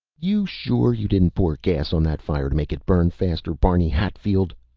you sure you didn't pour gas on that fire to make it burn faster, barney hatfield?